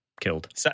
killed